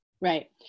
Right